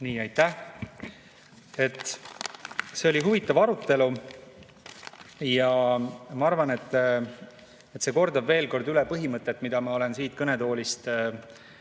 Aitäh! See oli huvitav arutelu ja ma arvan, et see kordab veel kord üle põhimõtet, millele ma olen siit kõnetoolist selle